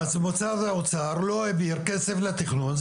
אז משרד האוצר לא העביר כסף לתכנון.